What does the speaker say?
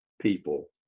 people